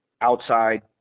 outside